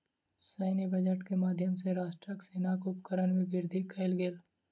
सैन्य बजट के माध्यम सॅ राष्ट्रक सेनाक उपकरण में वृद्धि कयल गेल